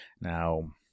Now